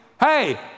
Hey